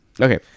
Okay